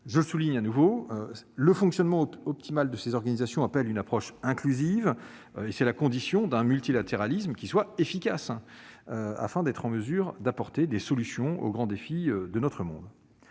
le souligne à nouveau : le fonctionnement optimal de ces organisations appelle une approche inclusive, condition d'un multilatéralisme efficace pour apporter des solutions aux grands défis de notre monde.